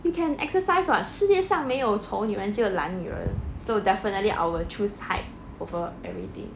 you can exercise [what] 世界上没有丑女人只有懒女人 so definitely I will choose height over everything